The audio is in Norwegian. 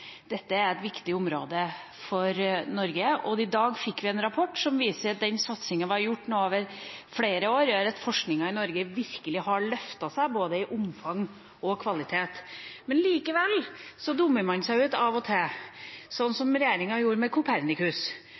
Dette er et viktig område for Norge, og i dag fikk vi en rapport som viser at den satsingen vi har gjort over flere år, gjør at forskningen i Norge virkelig har løftet seg i både omfang og kvalitet. Likevel dummer man seg ut av og til, sånn som regjeringa gjorde med